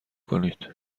کنید